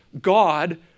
God